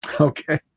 Okay